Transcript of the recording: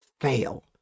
fail